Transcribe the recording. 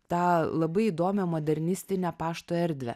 tą labai įdomią modernistinę pašto erdvę